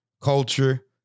culture